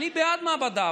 אני בעד מעבדה,